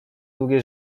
długie